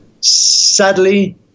sadly